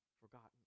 forgotten